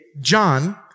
John